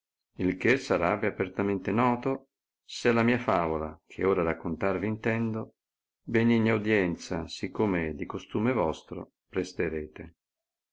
il che saravvi apertamente noto se alla mia favola che ora raccontarvi intendo benigna audienza sì come è di costume vostro presterete